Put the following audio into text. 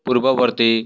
ପୂର୍ବବର୍ତ୍ତୀ